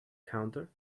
counter